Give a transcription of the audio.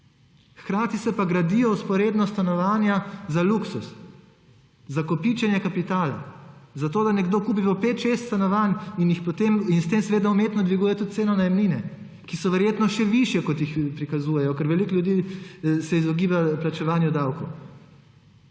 Hkrati se pa gradijo vzporedno stanovanja za luksuz, za kopičenje kapitala, zato da nekdo kupi po pet, šest stanovanj, in potem se s tem seveda umetno dviguje tudi cene najemnin, ki so verjetno še višje, kot jih prikazujejo, ker se veliko ljudi izogiba plačevanju davkov.